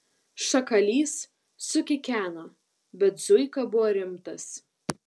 šakalys sukikeno bet zuika buvo rimtas